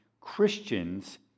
Christians